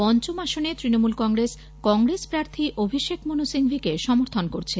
পঞ্চম আসনে তৃণমূল কংগ্রেস কংগ্রেস প্রার্থী অভিষেক মনু সিংভিকে সমর্থন করছে